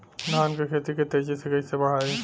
धान क खेती के तेजी से कइसे बढ़ाई?